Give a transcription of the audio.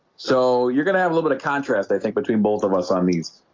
so you're gonna have little bit of contrast i think between both of us on meets.